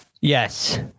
Yes